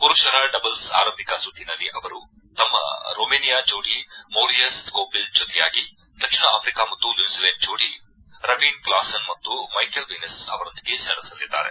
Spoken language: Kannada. ಪುರುಷರ ಡಬಲ್ಲ್ ಆರಂಭಿಕ ಸುತ್ತಿನಲ್ಲಿ ಅವರು ತಮ್ನ ರೊಮೇನಿಯಾ ಜೋಡಿ ಮೌರಿಯಸ್ ಕೋಪಿಲ್ ಜೊತೆಯಾಗಿ ದಕ್ಷಿಣ ಆಫ್ರಿಕಾ ಮತ್ತು ನ್ಯೂಜಿಲೆಂಡ್ ಜೋಡಿ ರವೀಣ್ ಕ್ಲಾಸೇನ್ ಮತ್ತು ಮೈಕೆಲ್ ವೀನಸ್ ಅವರೊಂದಿಗೆ ಸೆಣಸಲಿದ್ದಾರೆ